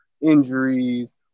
injuries